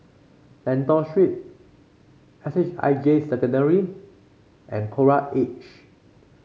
Lentor Street S H I J Secondary and Coral Edge